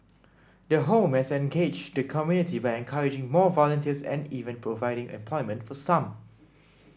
the home has engaged the community by encouraging more volunteers and even providing employment for some